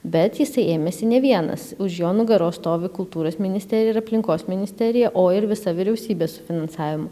bet jisai ėmėsi ne vienas už jo nugaros stovi kultūros ministerija ir aplinkos ministerija o ir visa vyriausybė su finansavimu